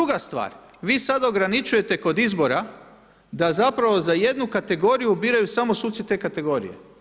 Druga stvar, vi sada ograničujete kod izbora da zapravo za jednu kategoriju biraju samo suci te kategorije.